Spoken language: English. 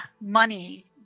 money